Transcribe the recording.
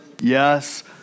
Yes